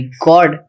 God